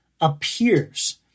appears